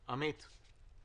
עמית.